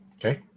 Okay